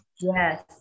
yes